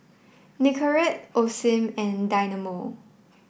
Nicorette Osim and Dynamo